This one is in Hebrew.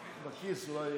אה,